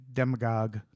demagogue